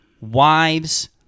wives